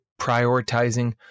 prioritizing